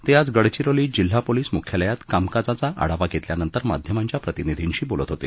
ते आज गडचिरोलीत जिल्हा पोलिस मुख्यालयात कामकाजाचा आढावा घेतल्यानंतर माध्यमांच्या प्रतिनिधींशी बोलत होते